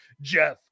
jeff